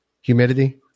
humidity